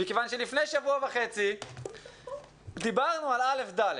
לפני שבוע וחצי דיברנו על א'-ד'.